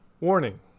Warning